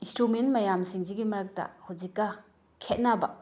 instrument ꯃꯌꯥꯝꯁꯤꯡꯁꯤꯒꯤ ꯃꯔꯛꯇ ꯍꯧꯖꯤꯛꯀ ꯈꯦꯠꯅꯕ